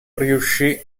riuscì